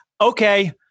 okay